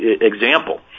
example